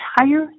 entire